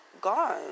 gone